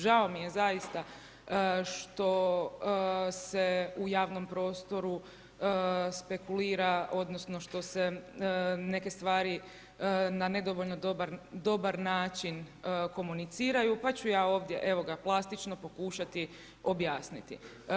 Žao mi je zaista što se u javnom prostoru spekulira odnosno što se neke stvari na nedovoljno dobar način komuniciraju pa ću ja ovdje plastično pokušati objasniti.